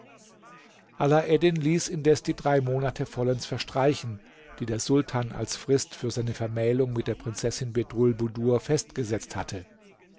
alaeddin ließ indes die drei monate vollends verstreichen die der sultan als frist für seine vermählung mit der prinzessin bedrulbudur festgesetzt hatte